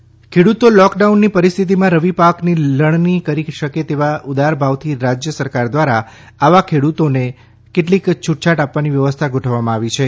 મુખ્યમંત્રી ખેડુત ખેડુતો લોકડાઉનની પરિસ્થિતિમાં રવિ પાકની લણણી કરી શકે તેવા ઉદાર ભાવથી રાજ્ય સરકાર ધ્વારા આવા ખેડુતો માટે કેટલીક છુટછાટ આપવાની વ્યવસ્થા ગોઠવવામાં આવી છે